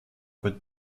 côte